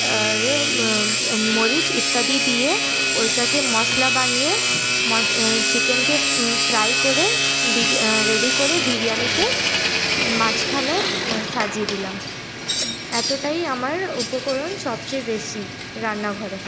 আর মরিচ ইত্যাদি দিয়ে ওইটাকে মশলা বানিয়ে চিকেনকে ফ্রাই করে রেডি করে বিরিয়ানিতে মাঝখানে সাজিয়ে দিলাম এতটাই আমার উপকরণ সবচেয়ে বেশি রান্নাঘরে